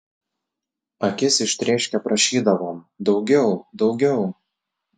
akis ištrėškę prašydavom daugiau daugiau